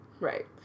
Right